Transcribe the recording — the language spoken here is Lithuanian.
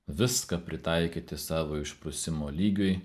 viską pritaikyti savo išprusimo lygiui